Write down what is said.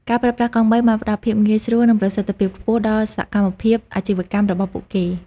ការប្រើប្រាស់កង់បីបានផ្តល់ភាពងាយស្រួលនិងប្រសិទ្ធភាពខ្ពស់ដល់សកម្មភាពអាជីវកម្មរបស់ពួកគេ។